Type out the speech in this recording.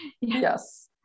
yes